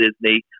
Disney